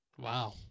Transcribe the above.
Wow